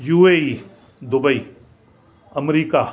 U A E Dubai America